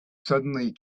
suddenly